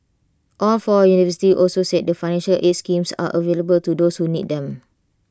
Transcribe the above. all four universities also said that financial aids schemes are available to those who need them